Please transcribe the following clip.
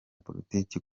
politiki